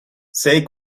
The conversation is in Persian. سعی